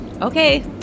Okay